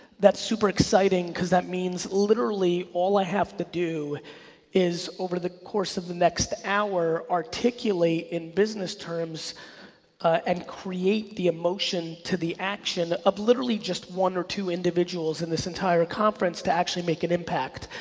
that's super exciting cause that means literally all i have to do is over the course of the next hour articulate in business terms and create the emotion to the action of literally just one or two individuals in this entire conference to actually make an impact.